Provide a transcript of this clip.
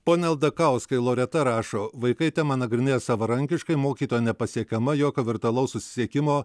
pone aldakauskai loreta rašo vaikai temą nagrinėja savarankiškai mokytoja nepasiekiama jokio virtualaus susisiekimo